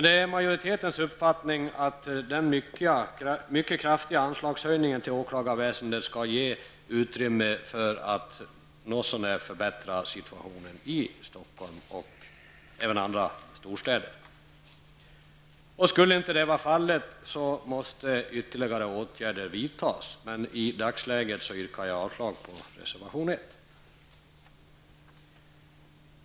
Det är majoritetens uppfattning att den mycket kraftiga höjningen av anslaget till åklagarväsendet skall ge utrymme för att något så när förbättra situationen i Stockholm och även i andra storstäder. Om så inte blir fallet, måste ytterligare åtgärder vidtas. Men i dagsläget yrkar jag avslag på reservation 1.